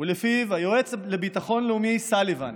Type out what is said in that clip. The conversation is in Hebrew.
שלפיו היועץ לביטחון לאומי סאליבן